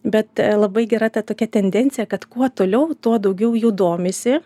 bet labai gera ta tokia tendencija kad kuo toliau tuo daugiau jų domisi